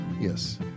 Yes